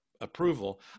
approval